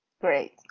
Great